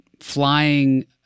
flying